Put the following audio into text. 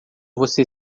você